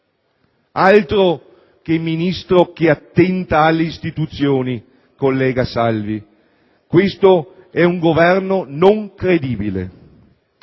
Altro che Ministro che attenta alle istituzioni, collega Salvi; questo è un Governo non credibile.